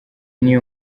niyo